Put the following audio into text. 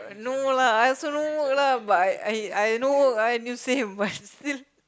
no lah I also no work lah but I I I no work I need to save but still